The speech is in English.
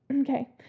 Okay